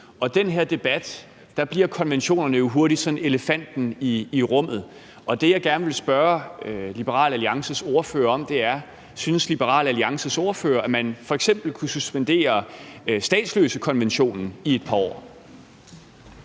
Og i den her debat bliver konventionerne jo hurtigt sådan elefanten i rummet. Det, jeg gerne vil spørge Liberal Alliances ordfører om, er: Synes Liberal Alliances ordfører, at man f.eks. kunne suspendere statsløsekonventionen i et par år?